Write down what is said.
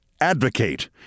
advocate